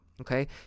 okay